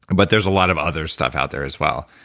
but there's a lot of other stuff out there as well.